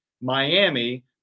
Miami